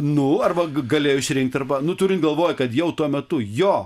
nu arba galėjo išrinkti arba nu turint galvoj kad jau tuo metu jo